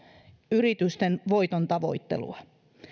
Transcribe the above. yritysten voitontavoittelua